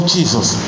Jesus